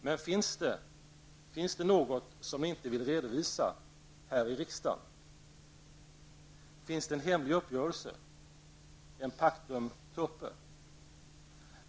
Men finns det något som ni inte vill redovisa här i riksdagen? Finns det en hemlig uppgörelse, en pactum turpe?